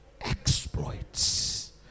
exploits